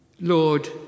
Lord